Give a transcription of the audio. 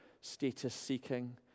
status-seeking